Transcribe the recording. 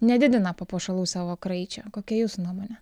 nedidina papuošalų savo kraičio kokia jūsų nuomonė